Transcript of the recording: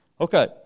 Okay